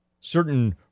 certain